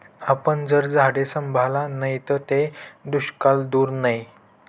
आपन जर झाडे सांभाळा नैत ते दुष्काळ दूर नै